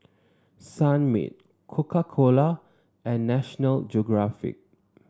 Sunmaid Coca Cola and National Geographic